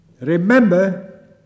remember